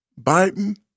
Biden